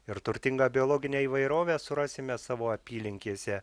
ir turtingą biologinę įvairovę surasime savo apylinkėse